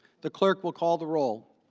the clerk will call the role.